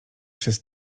przez